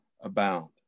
abound